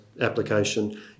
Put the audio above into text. application